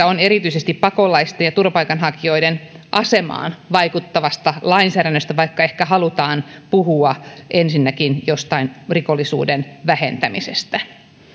on erityisesti pakolaisten ja turvapaikanhakijoiden asemaan vaikuttavasta lainsäädännöstä vaikka ehkä halutaan puhua ensinnäkin jostain rikollisuuden vähentämisestä